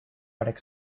arctic